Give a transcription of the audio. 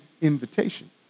invitation